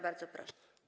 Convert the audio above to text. Bardzo proszę.